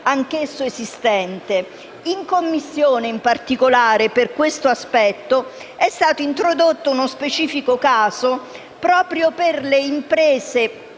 anch’esso esistente. In Commissione, in particolare per questo aspetto, è stato introdotto uno specifico caso proprio per le opere prodotte